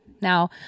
Now